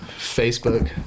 Facebook